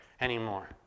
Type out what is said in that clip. anymore